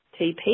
TP